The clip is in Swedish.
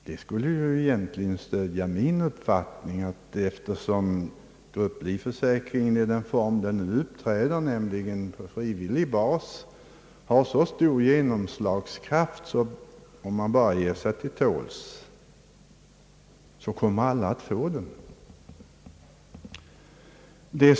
Det stöder egentligen min uppfattning att grupplivförsäkringen — i den form den nu förekommer, nämligen på frivillig bas, och med så stor genomslagskraft som den har — kommer alla som vill ha en försäkring att få om de bara ger sig till tåls.